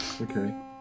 Okay